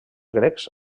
grecs